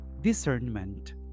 discernment